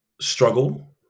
struggle